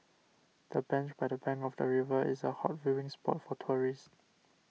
the bench by the bank of the river is a hot viewing spot for tourists